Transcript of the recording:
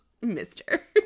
mister